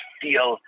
feel